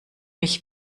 mich